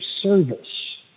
service